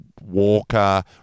Walker